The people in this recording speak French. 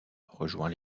rejoint